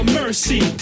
mercy